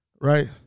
right